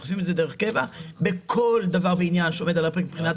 אנחנו עושים את זה דרך קבע בכל דבר ועניין שעומד על הפרק מבחינת